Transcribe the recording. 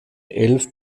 elf